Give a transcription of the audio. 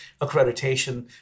accreditation